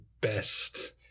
best